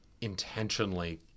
intentionally